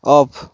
off